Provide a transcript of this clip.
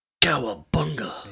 Cowabunga